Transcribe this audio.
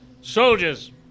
Soldiers